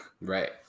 Right